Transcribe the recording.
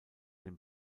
den